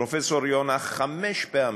פרופסור יונה, חמש פעמים.